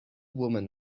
woman